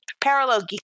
parallel